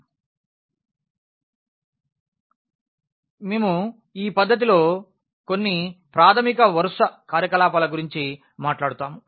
మరియు మేము ఈ పద్ధతిలో కొన్ని ప్రాథమిక వరుస కార్యకలాపాల గురించి కూడా మాట్లాడుతాము